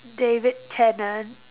David Tennant